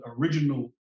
original